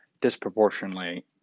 disproportionately